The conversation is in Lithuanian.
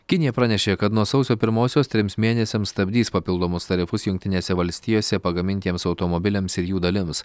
kinija pranešė kad nuo sausio pirmosios trims mėnesiams stabdys papildomus tarifus jungtinėse valstijose pagamintiems automobiliams ir jų dalims